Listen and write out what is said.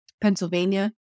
Pennsylvania